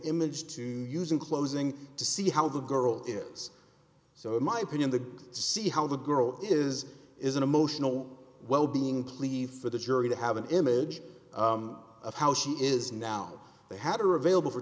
image to use in closing to see how the girl is so in my opinion the see how the girl is is an emotional well being plead for the jury to have an image of how she is now they had her available for